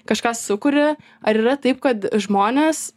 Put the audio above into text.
kažką sukuri ar yra taip kad žmonės